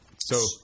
So-